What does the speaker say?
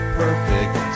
perfect